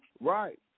Right